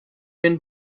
been